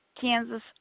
Kansas